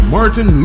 Martin